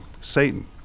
Satan